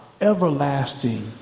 Everlasting